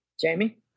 Jamie